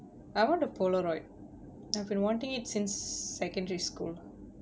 I want a polaroid I've been wanting it since secondary school